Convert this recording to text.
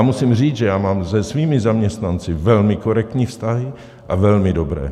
Musím říct, že já mám se svými zaměstnanci velmi korektní vztahy a velmi dobré.